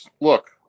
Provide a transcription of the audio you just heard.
Look